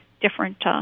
different